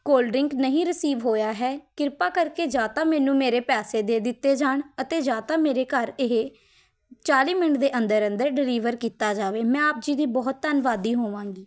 cold drink ਨਹੀਂ receive ਹੋਇਆ ਹੈ ਕਿਰਪਾ ਕਰਕੇ ਜਾਂ ਤਾਂ ਮੈਨੂੰ ਮੇਰੇ ਪੈਸੇ ਦੇ ਦਿੱਤੇ ਜਾਣ ਅਤੇ ਜਾਂ ਤਾਂ ਮੇਰੇ ਘਰ ਇਹ ਚਾਲੀ ਮਿੰਟ ਦੇ ਅੰਦਰ ਅੰਦਰ ਡਿਲੀਵਰ ਕੀਤਾ ਜਾਵੇ ਮੈਂ ਆਪ ਜੀ ਦੀ ਬਹੁਤ ਧੰਨਵਾਦੀ ਹੋਵਾਂਗੀ